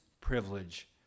privilege